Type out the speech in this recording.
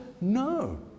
no